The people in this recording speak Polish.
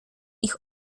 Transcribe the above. ich